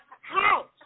house